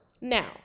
Now